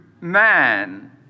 man